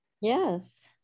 Yes